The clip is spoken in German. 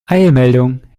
eilmeldung